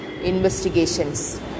investigations